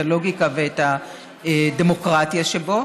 את הלוגיקה ואת הדמוקרטיה שבו.